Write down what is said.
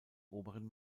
oberen